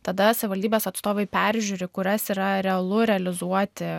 tada savivaldybės atstovai peržiūri kurias yra realu realizuoti